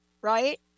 right